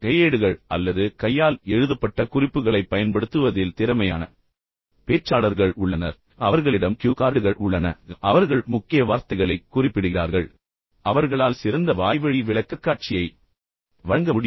கையேடுகள் அல்லது கையால் எழுதப்பட்ட குறிப்புகளைப் பயன்படுத்துவதில் மிகவும் திறமையான மற்ற பேச்சாளர்கள் உள்ளனர் அவர்களிடம் க்யூ கார்டுகள் என்று அழைக்கப்படும் சிறிய கார்டுகள் உள்ளன அவர்கள் முக்கிய வார்த்தைகளைக் குறிப்பிடுகிறார்கள் பின்னர் அவர்களால் மிகச் சிறந்த வாய்வழி விளக்கக்காட்சியை வழங்க முடியும்